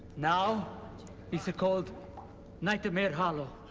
now it's ah called nightmare hollow.